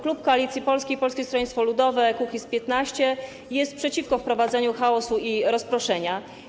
Klub Koalicja Polska - Polskie Stronnictwo Ludowe - Kukiz15 jest przeciwko wprowadzeniu chaosu i rozproszenia.